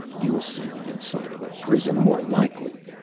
you'll see the inside of a prison, more likely!